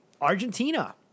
Argentina